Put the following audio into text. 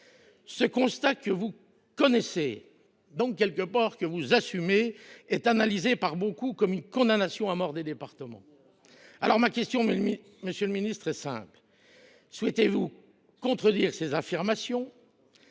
Ce constat, que vous connaissez et que donc vous assumez, est analysé par beaucoup comme une condamnation à mort des départements. Ma question, monsieur le ministre, est donc simple : souhaitez vous contredire ces affirmations ?